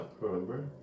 remember